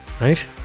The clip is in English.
right